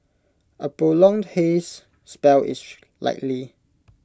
A prolonged haze spell is likely